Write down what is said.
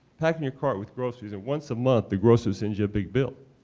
packing your cart with groceries, and once a month, the grocer sends you a big bill.